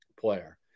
player